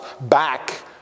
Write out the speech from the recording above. back